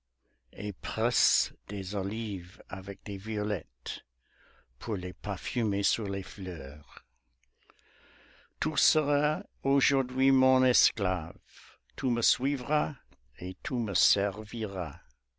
et presse des olives avec des violettes pour les parfumer sur les fleurs tu seras aujourd'hui mon esclave tu me suivras et tu me serviras